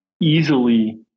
easily